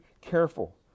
careful